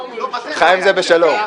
אני חי עם זה בשלום.